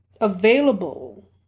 available